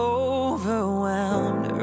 overwhelmed